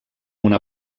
una